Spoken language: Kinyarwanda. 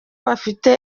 bafite